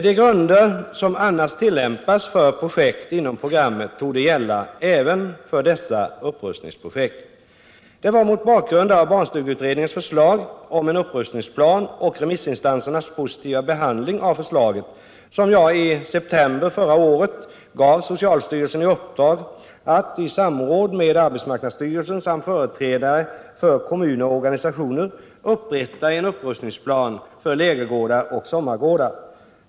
De grunder som annars tillämpas för projekt inom programmet borde gälla även för dessa upprustningsprojekt. Det var mot bakgrund av barnstugeutredningens förslag om en upprustningsplan och remissinstansernas positiva behandling av förslaget som jag i september förra året gav socialstyrelsen i uppdrag att, i samråd med arbetsmarknadsstyrelsen samt företrädare för kommuner och organisationer, upprätta en upprustningsplan för lägergårdar och sommargårdar.